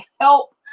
help